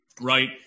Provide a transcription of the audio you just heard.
Right